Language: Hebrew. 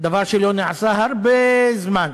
דבר שלא נעשה הרבה זמן,